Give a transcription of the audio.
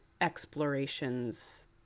explorations